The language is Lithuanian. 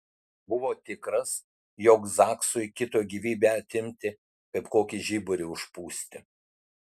buvo tikras jog zaksui kito gyvybę atimti kaip kokį žiburį užpūsti